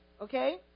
okay